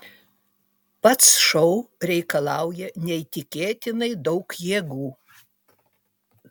pats šou reikalauja neįtikėtinai daug jėgų